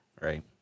Right